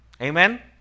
Amen